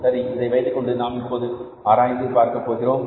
சரி இதை வைத்துக்கொண்டு நாம் இப்போது ஆராய்ந்து பார்க்க போகிறோம்